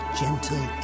gentle